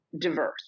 diverse